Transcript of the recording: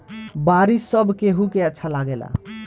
बारिश सब केहू के अच्छा लागेला